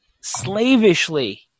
slavishly